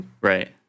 right